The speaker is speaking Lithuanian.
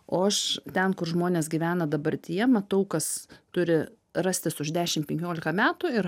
o aš ten kur žmonės gyvena dabartyje matau kas turi rastis už dešim penkiolika metų ir